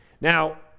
Now